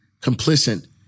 complicit